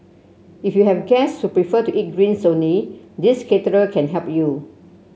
if you have guest who prefer to eat greens only this caterer can help you